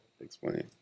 explain